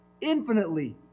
infinitely